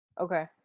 okay